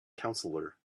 counselor